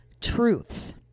truths